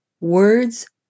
Words